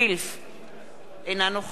אינה נוכחת חנין זועבי,